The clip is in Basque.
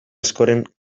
askoren